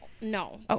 no